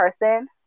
person